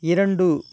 இரண்டு